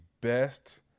best